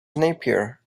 napier